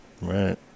Right